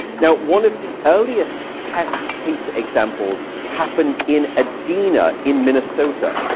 now, one of the earliest test case examples happened in edina in minnesota.